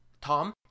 Tom